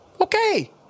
Okay